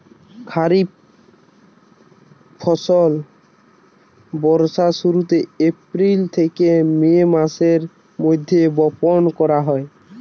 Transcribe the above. খরিফ ফসল বর্ষার শুরুতে, এপ্রিল থেকে মে মাসের মধ্যে বপন করা হয়